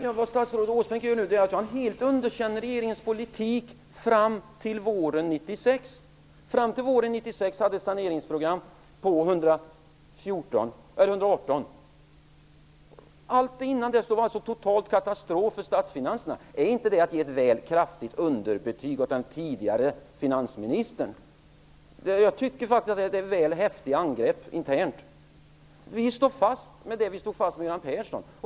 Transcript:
Herr talman! Statsrådet Åsbrink underkänner nu helt regeringens politik fram till våren 1996. Fram till dess hade vi ett saneringsprogram på 118 miljarder. Allt innan dess var alltså en total katastrof för statsfinanserna. Är inte det att ge ett väl kraftigt underbetyg åt den tidigare finansministern? Jag tycker faktiskt att det är ett väl häftigt internt angrepp. Vi står fast vid det som vi stod fast vid med Göran Persson.